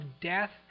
death